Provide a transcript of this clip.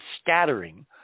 scattering